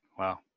Wow